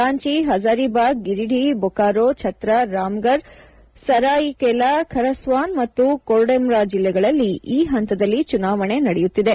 ರಾಂಚಿ ಹಜಾರಿಭಾಗ್ ಗಿರಿಧಿ ಬೊಕಾರೋ ಛತ್ರಾ ರಾಮಗರ್ ಸರಾಯಿಕೇಲಾ ಖರಸ್ವಾನ್ ಮತ್ತು ಕೊಡೆರ್ಮಾ ಜಿಲ್ಲೆಗಳಲ್ಲಿ ಈ ಹಂತದಲ್ಲಿ ಚುನಾವಣಿ ನಡೆಯುತ್ತಿದೆ